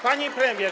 Pani Premier!